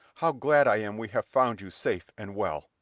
how glad i am we have found you safe and well!